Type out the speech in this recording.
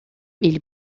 ele